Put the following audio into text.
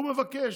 הוא מבקש.